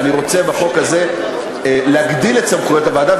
אני רוצה בחוק הזה להגדיל את סמכויות הוועדה.